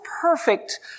perfect